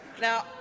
now